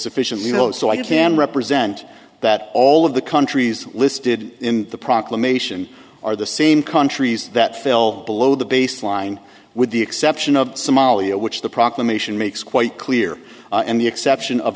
sufficient you know so i can represent that all of the countries listed in the proclamation are the same countries that fell below the baseline with the exception of somalia which the proclamation makes quite clear and the exception of